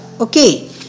Okay